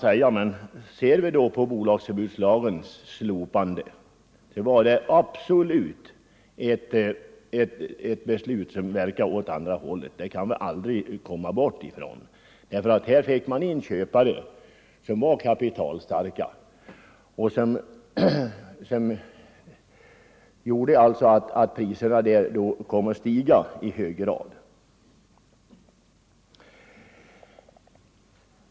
Det kan man visserligen säga, men bolagsförbudslagens slopande var absolut ett beslut som verkade åt andra hållet — det kan vi aldrig komma ifrån. Här uppträdde kapitalstarka köpare, och det gjorde att priserna kom att stiga kraftigt.